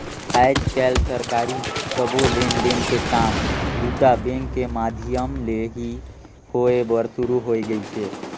आयज कायल सरकारी सबो लेन देन के काम बूता बेंक के माधियम ले ही होय बर सुरू हो गइसे